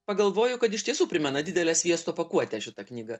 pagalvoju kad iš tiesų primena didelę sviesto pakuotę šita knyga